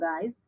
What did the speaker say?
guys